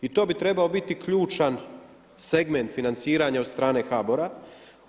I to bi trebao biti ključan segment financiranja od strane HBOR-a.